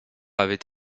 avait